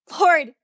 Lord